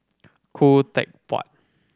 Khoo Teck Puat